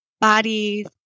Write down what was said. bodies